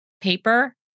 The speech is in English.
paper